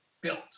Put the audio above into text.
built